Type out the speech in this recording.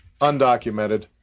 undocumented